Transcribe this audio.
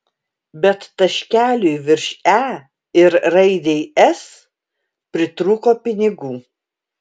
bet taškeliui virš e ir raidei s pritrūko pinigų